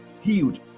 healed